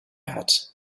hat